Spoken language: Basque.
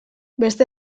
beste